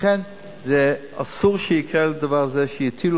לכן אסור שיקרה הדבר הזה, שיטילו.